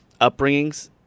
upbringings